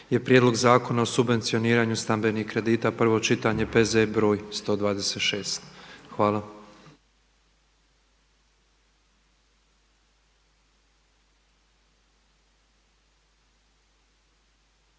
je Prijedlog zakona o subvencioniranju stambenih kredita, prvo čitanje, P.Z. broj 126. Hvala.